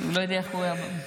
כל אחד מדבר כרצונו?